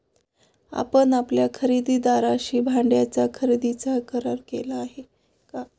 आपण आपल्या खरेदीदाराशी भाड्याच्या खरेदीचा करार केला आहे का?